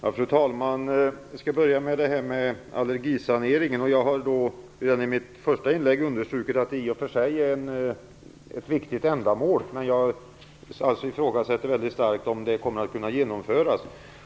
Fru talman! Jag skall börja med allergisaneringen. Jag har redan i mitt första inlägg understrukit att det i och för sig är ett viktigt ändamål. Men jag ifrågasätter starkt om den kommer att kunna genomföras.